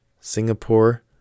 Singapore